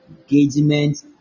engagement